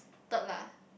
third lah